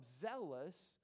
zealous